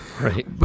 Right